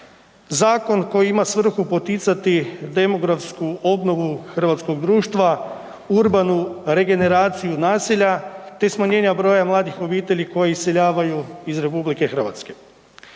zakon koji ima svrhu poticati demografsku obnovu hrvatskog društva, urbanu regeneraciju naselja te smanjenja broja mladih obitelji koji iseljavaju iz RH.